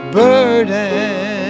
burden